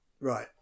Right